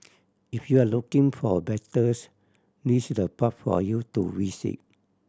if you're looking for a battles this the park for you to visit